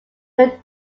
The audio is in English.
when